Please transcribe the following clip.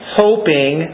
hoping